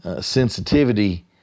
Sensitivity